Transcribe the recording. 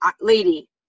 lady